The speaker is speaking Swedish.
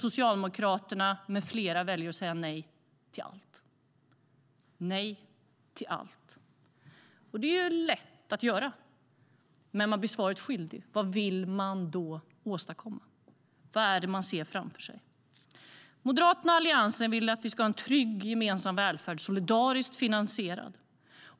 Socialdemokraterna med flera väljer att säga nej till allt - nej till allt. Det är lätt att göra. Men man blir svaret skyldig. Vad vill man åstadkomma? Vad ser man framför sig? Moderaterna och Alliansen vill att vi ska ha en trygg, gemensam välfärd, solidariskt finansierad.